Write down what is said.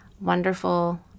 wonderful